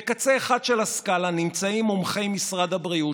בקצה אחד של הסקאלה נמצאים מומחי משרד הבריאות,